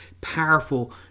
powerful